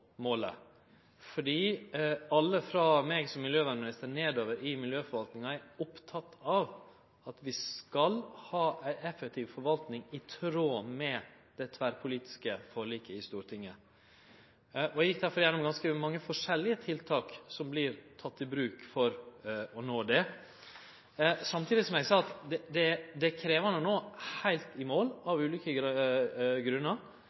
målet. Eg som miljøvernminister og alle nedover i miljøforvaltninga er opptekne av at vi skal ha ei effektiv forvaltning i tråd med det tverrpolitiske forliket i Stortinget. Eg gjekk derfor igjennom mange forskjellige tiltak som blir tekne i bruk for å nå målet. Samtidig må eg seie at det av ulike grunnar er krevjande å kome heilt i mål.